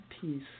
peace